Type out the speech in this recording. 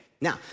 Now